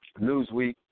Newsweek